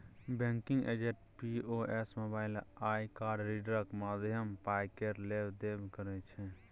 banking agent POS, mobile आ card रीडरक माध्यमे पाय केर लेब देब करै छै